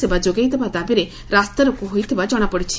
ସେବା ଯୋଗାଇ ଦେବା ଦାବିରେ ରାସ୍ତାରୋକ ହୋଇଥିବା ଜଶାପଡିଛି